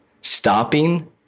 Stopping